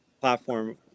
platform